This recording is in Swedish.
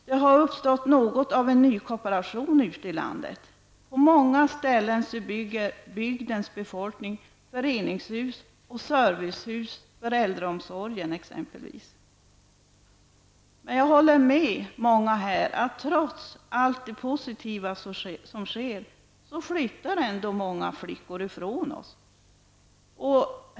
Det har uppstått något av en nykooperation ute i landet. På många ställen bygger bygdens befolkning exempelvis föreningshus och servicehus för äldreomsorgen. Jag håller med många talare om att det är många flickor som, trots allt det positiva som sker, ändå flyttar ifrån oss.